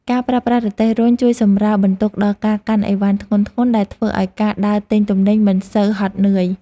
ការប្រើប្រាស់រទេះរុញជួយសម្រាលបន្ទុកដល់ការកាន់អីវ៉ាន់ធ្ងន់ៗដែលធ្វើឱ្យការដើរទិញទំនិញមិនសូវហត់នឿយ។